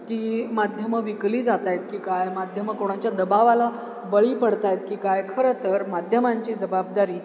की माध्यमं विकली जात आहेत की काय माध्यमं कोणाच्या दबावाला बळी पडत आहेत की काय खरं तर माध्यमांची जबाबदारी